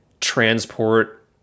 transport